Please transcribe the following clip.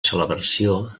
celebració